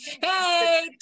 Hey